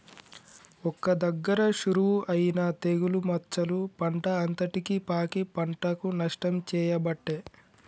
ఒక్క దగ్గర షురువు అయినా తెగులు మచ్చలు పంట అంతటికి పాకి పంటకు నష్టం చేయబట్టే